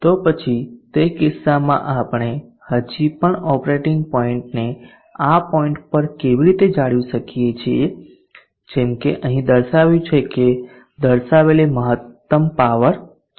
તો પછી તે કિસ્સામાં આપણે હજી પણ ઓપરેટિંગ પોઈન્ટને આ પોઈન્ટ પર કેવી રીતે જાળવી શકીએ છીએ જેમ કે અહીં દર્શાવ્યું છે કે દર્શાવેલી પાવર મહત્તમ છે